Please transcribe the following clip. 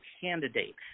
candidate